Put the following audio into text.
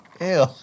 Ew